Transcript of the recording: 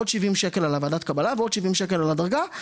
עוד 70 שקל על ועדת קבלה ועוד 70 שקל על הדרגה,